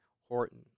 Horton